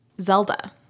Zelda